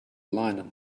linen